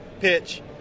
pitch